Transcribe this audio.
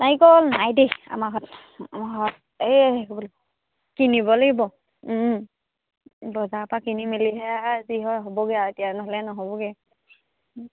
নাৰিকল নাই দেই আমাৰ ঘৰত আমাৰ ঘৰত এই কি বুলি কয় কিনিব লাগিব বজাৰৰ পৰা কিনি মেলিহে যি হয় হ'বগে এতিয়া নহ'লে নহ'বগে